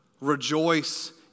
Rejoice